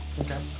Okay